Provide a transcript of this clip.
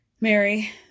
Mary